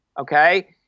Okay